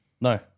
No